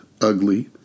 ugly